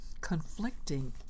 conflicting